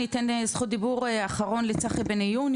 אני אתן זכות דיבור אחרון לצחי בן עיון,